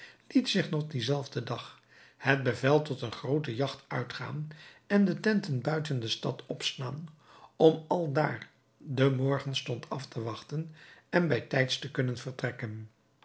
liet nog dienzelfden dag het bevel tot eene groote jagt uitgaan en de tenten buiten de stad opslaan om aldaar den morgenstond af te wachten en bij tijds te kunnen vertrekken